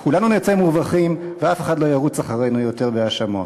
כולנו נצא מורווחים ואף אחד לא ירוץ אחרינו יותר בהאשמות.